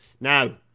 now